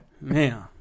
Man